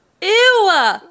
Ew